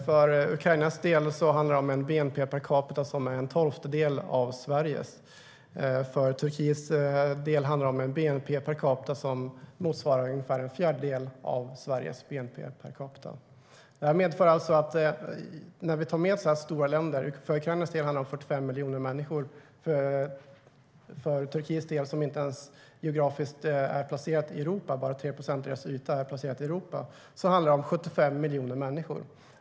För Ukrainas del handlar det om en bnp per capita som är en tolftedel av Sveriges. För Turkiets del handlar det om en bnp per capita som motsvarar ungefär en fjärdedel av Sveriges. Detta är stora länder. För Ukrainas del handlar det om 45 miljoner människor. Turkiet är inte ens geografiskt placerat i Europa - bara 3 procent av landets yta ligger där. I Turkiet bor 75 miljoner människor.